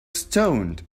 stoned